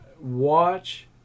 watch